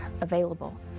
available